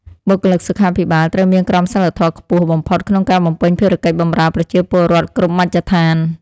បុគ្គលិកសុខាភិបាលត្រូវមានក្រមសីលធម៌ខ្ពស់បំផុតក្នុងការបំពេញភារកិច្ចបម្រើប្រជាពលរដ្ឋគ្រប់មជ្ឈដ្ឋាន។